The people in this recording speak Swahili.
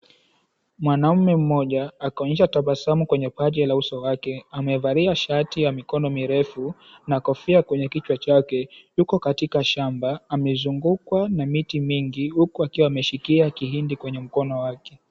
Mwanamme mmoja, akionyesha tabasamu kwenye paji la uso wake, amevalia shati ya mikono mirefu na kofia kwenye kichwa chake, yuko katika shamba, amezungukwa na miti mingi, huku akiwa ameshikia kihindi kwenye mkono wake.